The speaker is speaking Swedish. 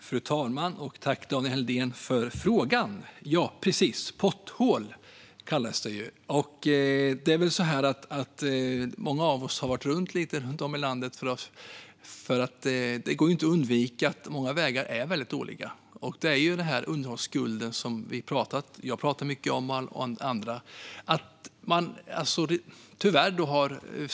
Fru talman! Jag tackar Daniel Helldén för frågan. Potthål kallas de alltså. Många av oss har åkt runt i landet, och det går inte att undvika att se att många vägar är väldigt dåliga. Det handlar om denna underhållsskuld som jag och andra pratar mycket om.